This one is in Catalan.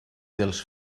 dels